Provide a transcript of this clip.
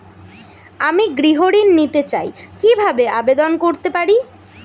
আমি গৃহ ঋণ নিতে চাই কিভাবে আবেদন করতে পারি?